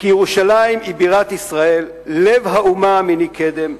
ירושלים היא בירת ישראל, לב האומה מני קדם,